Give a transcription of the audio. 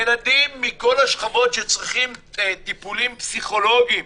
ילדים מכל השכבות שצריכים טיפולים פסיכולוגיים